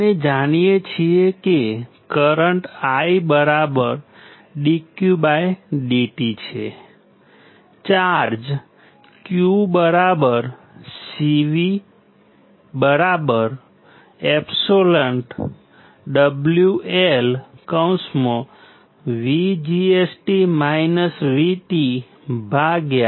આપણે જાણીએ છીએ કે કરંટ I dqdt